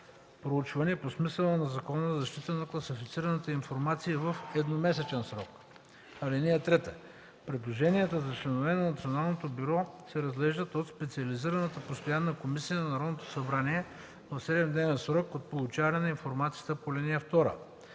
проучване по смисъла на Закона за защита на класифицираната информация в едномесечен срок. (3) Предложенията за членове на Националното бюро се разглеждат от специализираната постоянна комисия на Народното събрание в 7-дневен срок от получаването на информацията по ал. 2.